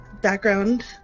background